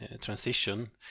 transition